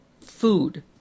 food